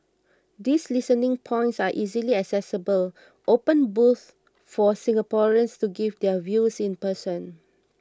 these listening points are easily accessible open booths for Singaporeans to give their views in person